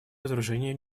разоружение